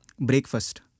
Breakfast